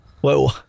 Whoa